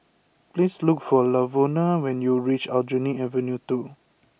please look for Lavona when you reach Aljunied Avenue two